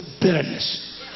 bitterness